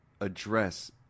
address